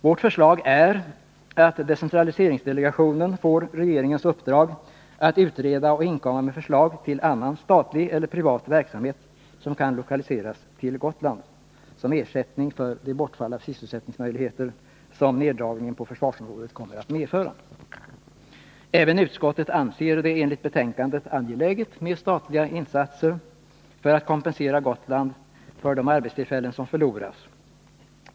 Vårt förslag är att decentraliseringsdelegationen får regeringens uppdrag att utreda och inkomma med förslag till annan statlig eller privat verksamhet som kan lokaliseras till Gotland som ersättning för det bortfall av sysselsättningsmöjligheter som neddragningen på försvarsområdet kommer att medföra. Även utskottet anser det enligt betänkandet angeläget med statliga insatser för att kompensera Gotland för de arbetstillfällen som förloras.